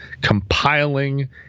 compiling